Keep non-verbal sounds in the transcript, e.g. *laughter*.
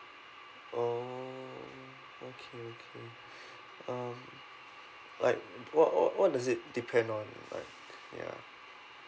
oh okay okay *breath* um like what what what is it depend on like ya